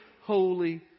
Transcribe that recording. holy